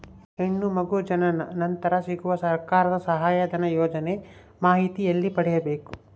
ಹೆಣ್ಣು ಮಗು ಜನನ ನಂತರ ಸಿಗುವ ಸರ್ಕಾರದ ಸಹಾಯಧನ ಯೋಜನೆ ಮಾಹಿತಿ ಎಲ್ಲಿ ಪಡೆಯಬೇಕು?